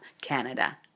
Canada